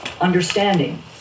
understanding